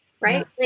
right